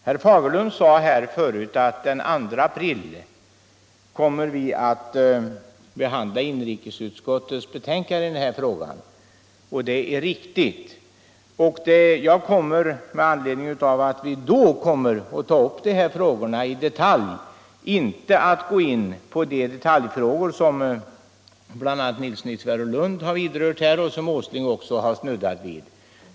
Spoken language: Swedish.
Herr Fagerlund sade tidigare att inrikesutskottets betänkande i denna fråga kommer att behandlas i kammaren den 2 april. Det är riktigt. Och eftersom vi då kommer att ta upp dessa frågor i detalj skall jag nu inte gå in på de detaljspörsmål som herr Nilsson i Tvärålund berörde och som herr Åsling också snuddade vid.